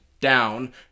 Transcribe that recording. down